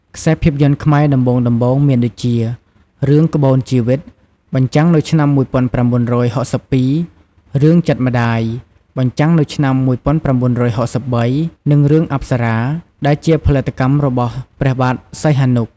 ខ្សែភាពយន្តខ្មែរដំបូងៗមានដូចជា រឿង"ក្បូនជីវិត" បញ្ចាំងនៅឆ្នាំ១៩៦២ រឿង"ចិត្តម្ដាយ" បញ្ចាំងនៅឆ្នាំ១៩៦៣ និង រឿង"អប្សរា"ដែលជាផលិតកម្មរបស់ព្រះបាទសីហនុ។